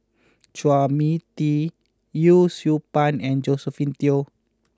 Chua Mia Tee Yee Siew Pun and Josephine Teo